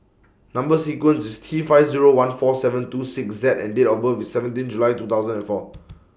Number sequence IS T five Zero one four seven two six Z and Date of birth IS seventeen July two thousand and four